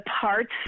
parts